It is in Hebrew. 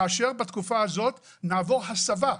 כאשר בתקופה הזו נעבור הסבה מקצועית.